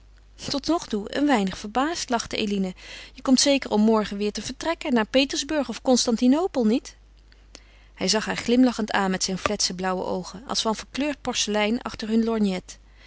het goed totnogtoe een weinig verbaasd lachte eline je komt zeker om morgen weêr te vertrekken naar petersburg of constantinopel niet hij zag haar glimlachend aan met zijn fletse blauwe oogen als van verkleurd porselein achter hun lorgnet